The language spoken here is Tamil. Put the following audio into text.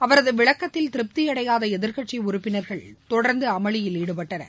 அவரது விளக்கத்தில் திருப்தியடையாத எதிர்கட்சி உறப்பினர்கள் தொடர்ந்து அமளியில் ஈடுபட்டனர்